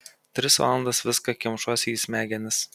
tris valandas viską kemšuosi į smegenis